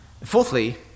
Fourthly